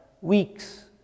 weeks